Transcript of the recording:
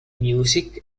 music